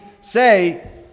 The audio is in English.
say